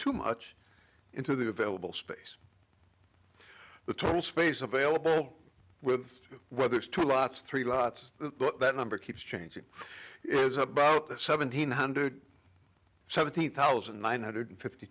too much into the available space the total space available with whether it's two lots three lots that number keeps changing it's about seventeen hundred seventy thousand nine hundred fifty